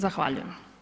Zahvaljujem.